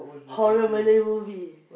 horror Malay movie